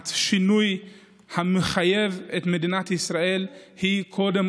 השינוי המחייב במדינת ישראל הוא קודם